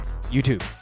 youtube